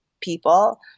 people